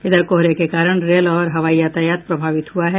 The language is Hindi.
इधर कोहरे के कारण रेल और हवाई यातायात प्रभावित हुआ है